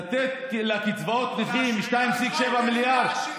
לתת לקצבאות נכים 2.7 מיליארד,